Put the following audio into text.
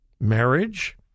marriage